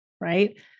Right